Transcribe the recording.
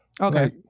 okay